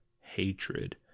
hatred